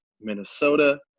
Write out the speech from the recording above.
Minnesota